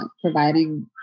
providing